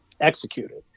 executed